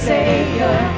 Savior